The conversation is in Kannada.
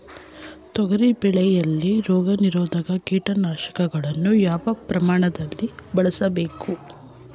ತೊಗರಿ ಬೆಳೆಯಲ್ಲಿ ರೋಗನಿರೋಧ ಕೀಟನಾಶಕಗಳನ್ನು ಯಾವ ಪ್ರಮಾಣದಲ್ಲಿ ಬಳಸಬೇಕು?